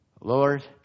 Lord